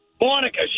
Monica